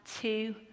two